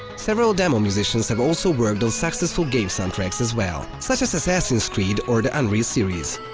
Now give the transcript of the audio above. several demo musicians have also worked on successful game soundtracks as well, such as assassins' creed or the unreal series.